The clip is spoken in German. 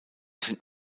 sind